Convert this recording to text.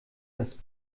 das